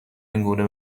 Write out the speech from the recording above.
اینگونه